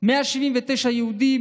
179 יהודים,